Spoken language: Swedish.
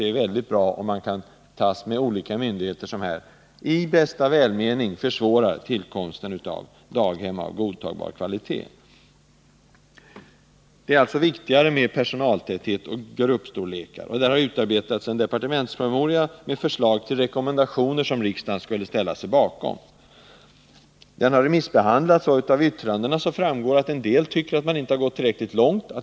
Det är mycket bra om regeringen håller efter de olika myndigheter som i bästa välmening försvårar tillkomsten av daghem av godtagbar kvalitet. Det är alltså viktigare med personaltäthet och gruppstorlekar. Här har det utarbetats en departementspromemoria med förslag till rekommendationer som riksdagen skulle ställa sig bakom. Departementspromemorian har remissbehandlats. Av yttrandena framgår att somliga tycker att man inte har gått tillräckligt långt.